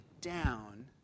down